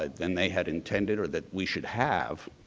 ah than they had intended or that we should have.